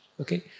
Okay